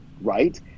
right